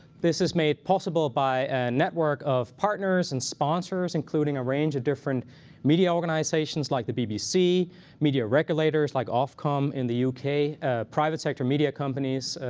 this is made possible by a network of partners and sponsors, including a range of different media organizations, like the bbc media regulators, like ofcom in the yeah uk ah private sector media companies,